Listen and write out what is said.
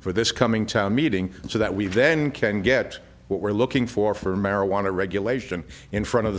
for this coming town meeting so that we then can get what we're looking for for marijuana regulation in front of